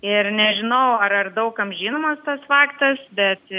ir nežinau ar daug kam žinomas tas faktas bet